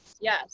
yes